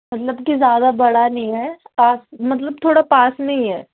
مطلب کہ زیادہ بڑا نہیں ہے پاس مطلب تھوڑا پاس میں ہی ہے